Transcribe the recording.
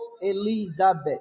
Elizabeth